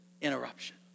interruption